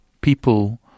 people